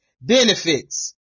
benefits